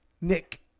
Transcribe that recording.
Nick